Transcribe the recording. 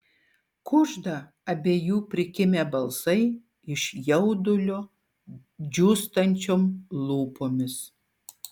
kužda abiejų prikimę balsai iš jaudulio džiūstančiom lūpomis